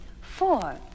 four